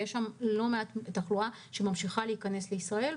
יש לא מעט תחלואה שממשיכה להיכנס מישראל,